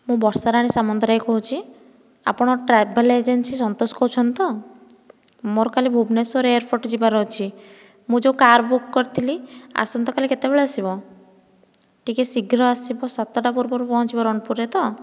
ମୁଁ ବର୍ଷାରାଣୀ ସାମନ୍ତରାୟ କହୁଛି ଆପଣ ଟ୍ରାଭେଲ ଏଜେନ୍ସି ସନ୍ତୋଷ କହୁଛନ୍ତି ତ ମୋର କାଲି ଭୁବନେଶ୍ୱର ଏଆରପୋର୍ଟ ଯିବାର ଅଛି ମୁଁ ଯେଉଁ କାର ବୁକ କରିଥିଲି ଆସନ୍ତା କାଲି କେତେବେଳେ ଆସିବ ଟିକିଏ ଶୀଘ୍ର ଆସିବ ସାତଟା ପୂର୍ବରୁ ପହଞ୍ଚିବ ରଣପୁରରେ ତ